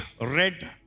red